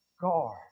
guard